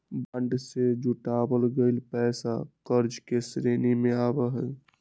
bond से जुटावल गइल पैसा कर्ज के श्रेणी में आवा हई